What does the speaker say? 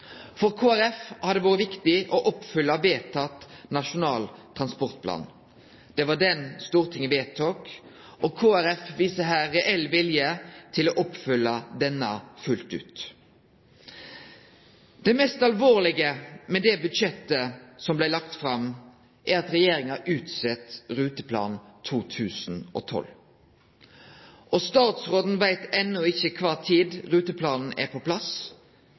Kristeleg Folkeparti har det vore viktig å oppfylle den vedtekne Nasjonal transportplan. Det var den Stortinget vedtok. Kristeleg Folkeparti viser her reell vilje til å oppfylle denne fullt ut. Det mest alvorlege med det budsjettet som blei lagt fram, er at regjeringa utset Ruteplan 2012. Statsråden veit enno ikkje kva tid ruteplanen er på plass.